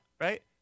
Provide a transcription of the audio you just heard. right